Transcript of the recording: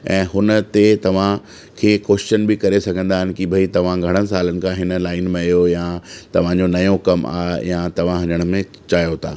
ऐं हुन ते तव्हां खे कुस्चन बि करे सघंदा आहिनि कि भई तव्हां घणनि सालनि खां हिन लाईन में आहियो या तव्हांजो नओं कमु आहे या तव्हां हिन में चाहियो था